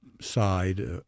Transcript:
side